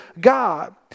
God